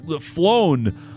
flown